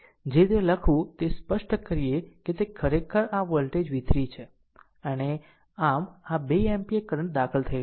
જે રીતે લખવું તે સ્પષ્ટ કરીએ કે તે ખરેખર આ વોલ્ટેજ v3 છે અને આમ 2 એમ્પીયર કરંટ દાખલ થઈ રહી છે